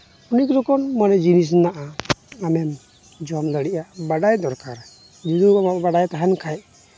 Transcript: ᱢᱤᱫ ᱨᱚᱠᱚᱢ ᱢᱟᱱᱮ ᱡᱤᱱᱤᱥ ᱢᱮᱱᱟᱜᱼᱟ ᱡᱚᱢ ᱫᱟᱲᱮᱭᱟᱜᱼᱟ ᱵᱟᱰᱟᱭ ᱫᱚᱨᱠᱟᱨ ᱡᱩᱫᱤ ᱱᱚᱣᱟ ᱵᱟᱰᱟᱭ ᱛᱟᱦᱮᱱ ᱠᱷᱟᱱ